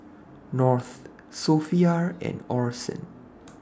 North Sophia and Orson